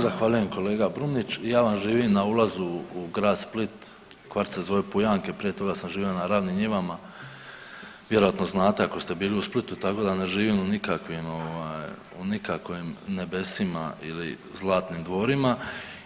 Zahvaljujem kolega Brumnić, ja vam živim na ulazu u grad Split, kvart se zove Pujanke, prije toga sam živo na Ravnim njivama, vjerojatno znate ako ste bili u Splitu tako da ne živim u nikakvim ovaj, u nikakvim nebesima ili zlatnim dvorima